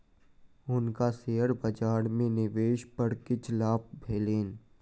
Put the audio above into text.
हुनका शेयर बजार में निवेश पर किछ लाभ भेलैन